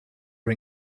are